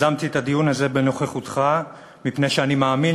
יזמתי את הדיון הזה בנוכחותך מפני שאני מאמין